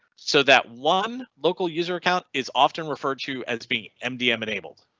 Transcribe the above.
so that one local user account is often referred to as being mdm enabled.